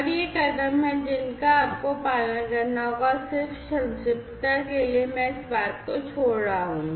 और ये कदम हैं जिनका आपको पालन करना होगा और सिर्फ संक्षिप्तता के लिए मैं इस बात को छोड़ रहा हूं